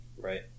Right